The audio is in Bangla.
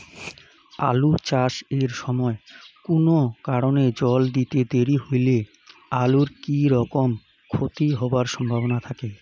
আলু চাষ এর সময় কুনো কারণে জল দিতে দেরি হইলে আলুর কি রকম ক্ষতি হবার সম্ভবনা থাকে?